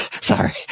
Sorry